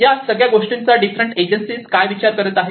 या सगळ्या गोष्टींचा डिफरंट एजन्सी काय विचार करीत आहेत